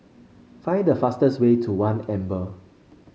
find the fastest way to One Amber